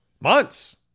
months